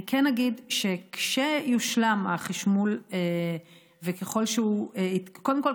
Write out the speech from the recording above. אני כן אגיד שכשיושלם החשמול קודם כול,